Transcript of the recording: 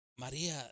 María